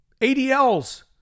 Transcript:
ADLs